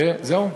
וזהו?